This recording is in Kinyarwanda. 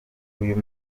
uyu